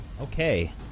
Okay